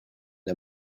and